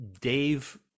Dave